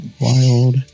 Wild